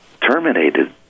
terminated